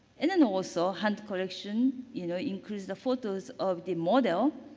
and then also hunt collection, you know, increased the photos of the model.